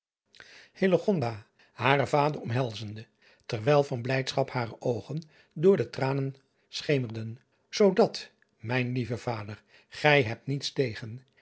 haren vader omhelzende terwijl van blijdschap hare oogen door de tranen schemerden oodat mijn lieve vader gij hebt niets tegen